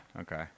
Okay